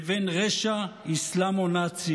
לבין רשע אסלאמו-נאצי?